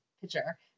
picture